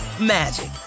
magic